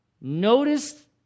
Notice